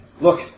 Look